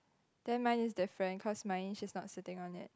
then mine is different cause mine is not sitting on it